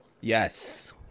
Yes